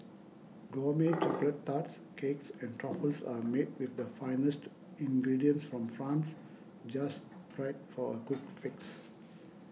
gourmet chocolate tarts cakes and truffles are made with the finest to ingredients from France just right for a quick fix